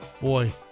Boy